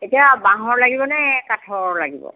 এতিয়া বাঁহৰ লাগিবনে কাঠৰ লাগিব